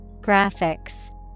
Graphics